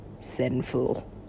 sinful